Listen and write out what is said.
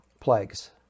plagues